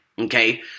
okay